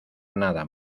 nada